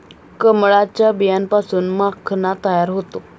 कमळाच्या बियांपासून माखणा तयार होतो